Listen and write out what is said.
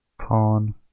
Pawn